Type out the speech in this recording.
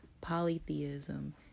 polytheism